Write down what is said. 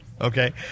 Okay